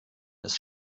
ist